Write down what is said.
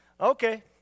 Okay